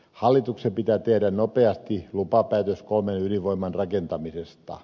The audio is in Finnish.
hallituksen pitää tehdä nopeasti lupapäätös kolmen ydinvoimalan rakentamisesta